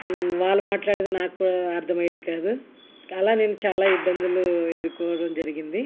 వాళ్ళు మాట్లాడేది నాకూ అర్థం అయ్యేది కాదు అలా నేను చాలా ఇబ్బందులు ఎదుర్కోవడం జరిగింది